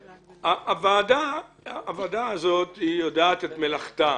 הוועדה הזאת יודעת את מלאכתה,